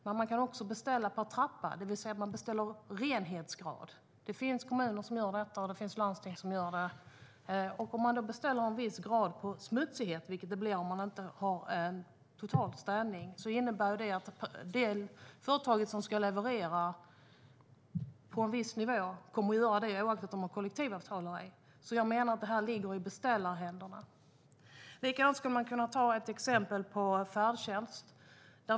Man kan också beställa per trappa, det vill säga att man beställer utifrån renhetsgrad. Det finns kommuner och landsting som gör det. Om man beställer en viss grad smutsighet, vilket det blir om man inte har total städning, innebär det att företaget som ska leverera på en viss nivå kommer att göra det, oavsett om de har kollektivavtal eller ej. Det ligger alltså i beställarhänderna. Färdtjänst kan också vara ett exempel.